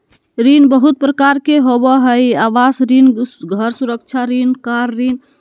ऋण बहुत प्रकार के होबा हइ आवास ऋण, घर सुधार ऋण, कार ऋण